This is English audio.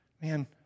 man